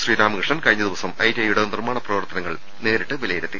ശ്രീരാമകൃഷ്ണൻ കഴിഞ്ഞ ദിവസം I T ഐയുടെ നിർമ്മാണ പ്രവർത്തനങ്ങൾ നേരിട്ട് വിലയിരുത്തി